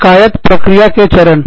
शिकायत प्रक्रिया के चरण